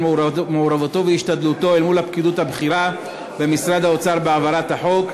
על מעורבותו והשתדלותו אל מול הפקידות הבכירה במשרד האוצר בהעברת החוק.